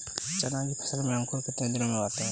चना की फसल में अंकुरण कितने दिन में आते हैं?